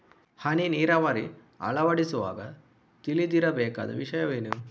ಹನಿ ನೀರಾವರಿ ಅಳವಡಿಸುವಾಗ ತಿಳಿದಿರಬೇಕಾದ ವಿಷಯವೇನು?